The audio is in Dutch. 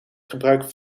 gebruik